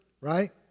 right